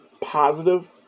positive